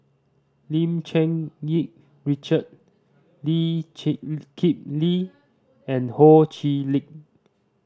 Lim Cherng Yih Richard Lee Chee Kip Lee and Ho Chee Lick